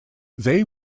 they